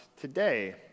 today